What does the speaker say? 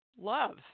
love